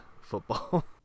football